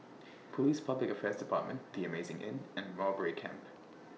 Police Public Affairs department The Amazing Inn and Mowbray Camp